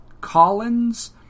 Collins